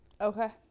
Okay